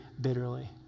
bitterly